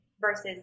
versus